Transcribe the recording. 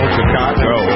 Chicago